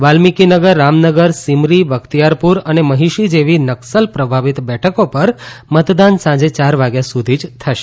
વાલ્મિકીનગર રામનગર સિમરી બખ્તિયારપુર અને મહિશી જેવી નક્સલ પ્રભાવિત બેઠકો પર મતદાન સાંજે ચાર વાગ્યા સુધી જ થશે